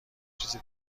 چیزی